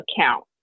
account